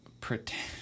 pretend